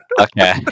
Okay